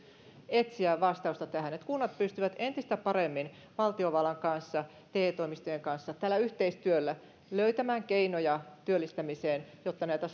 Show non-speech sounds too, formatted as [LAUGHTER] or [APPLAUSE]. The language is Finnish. etsiä vastausta tähän että kunnat pystyvät entistä paremmin valtiovallan kanssa te toimistojen kanssa yhteistyöllä löytämään keinoja työllistämiseen jotta näiltä [UNINTELLIGIBLE]